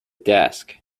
desk